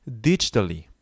digitally